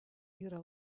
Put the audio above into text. yra